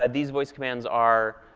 ah these voice commands are